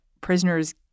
prisoners